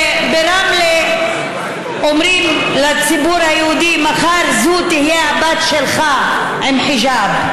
וברמלה אומרים לציבור היהודי: מחר זו תהיה הבת שלך עם חיג'אב.